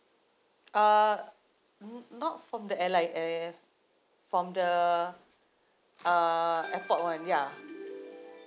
uh mm not from the airline air from the uh airport one ya